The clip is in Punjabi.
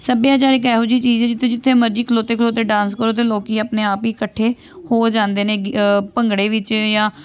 ਸੱਭਿਆਚਾਰ ਇੱਕ ਇਹੋ ਜਿਹੀ ਚੀਜ਼ ਜਿੱਥੇ ਜਿੱਥੇ ਮਰਜ਼ੀ ਖਲੋਤੇ ਖਲੋਤੇ ਡਾਂਸ ਕਰੋ ਅਤੇ ਲੋਕ ਆਪਣੇ ਆਪ ਹੀ ਇਕੱਠੇ ਹੋ ਜਾਂਦੇ ਨੇ ਗਿ ਭੰਗੜੇ ਵਿੱਚ ਜਾਂ